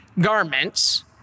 garments